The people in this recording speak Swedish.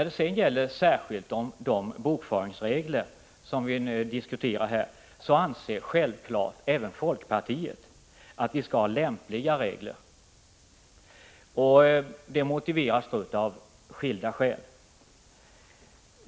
Beträffande de bokföringsregler som nu diskuteras anser självfallet även folkpartiet att vi skall ha lämpliga regler, vilket motiveras av skilda skäl.